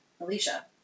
Alicia